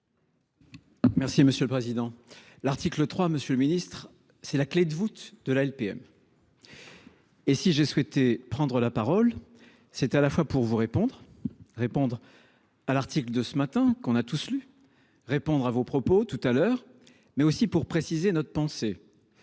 Merci monsieur le président. L'article 3. Monsieur le Ministre, c'est la clé de voûte de la LPM. Et si j'ai souhaité prendre la parole, c'est à la fois pour vous répondre. Répondre à l'article de ce matin qu'on a tous lu répondre à vos propos tout à l'heure, mais aussi pour préciser notre pensée.